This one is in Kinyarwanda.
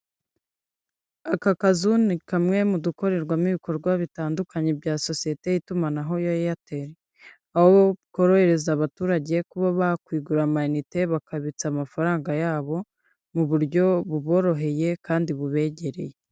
Aka kazu ni kamwe mu dukorerwamo ibikorwa bitandukanye bya sosiyete y'itumanaho ya Airtel. Aho bwohereza abaturage kuba bakwigurira amayinite bakabitsa amafaranga yabo mu buryo buboroheye kandi bubegereye.